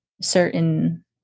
certain